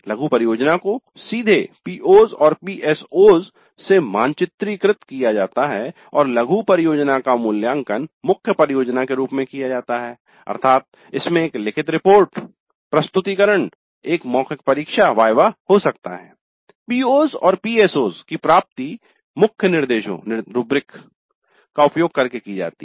लघु परियोजना को सीधे PO's और PSO's से मानचित्ररिकृत किया जाता है और लघु परियोजना का मूल्यांकन मुख्य परियोजना के रूप में किया जाता है अर्थात - इसमें एक लिखित रिपोर्ट प्रस्तुतीकरण एक मौखिक परीक्षा वाइवा viva हो सकता है और PO's और PSO's की प्राप्ति मुख्य निर्देशों रूब्रिक का उपयोग करके की जाती है